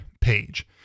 page